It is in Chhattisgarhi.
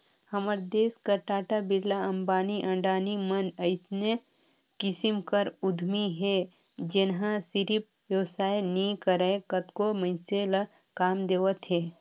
हमर देस कर टाटा, बिरला, अंबानी, अडानी मन अइसने किसिम कर उद्यमी हे जेनहा सिरिफ बेवसाय नी करय कतको मइनसे ल काम देवत हे